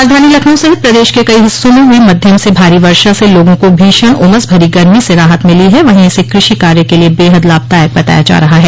राजधानी लखनऊ सहित प्रदेश के कई हिस्सों में हुई मध्यम से भारी वर्षा से लोगों को भीषण उमस भरी गर्मी से राहत मिली है वहीं इसे कृषि कार्य के लिए बेहद लाभदायक बताया जा रहा है